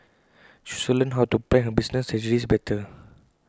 she also learned how to plan her business strategies better